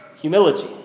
Humility